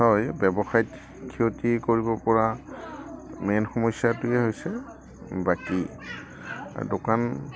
হয় ব্যৱসায়ত ক্ষতি কৰিবপৰা মেইন সমস্যাটোৱে হৈছে বাকী দোকান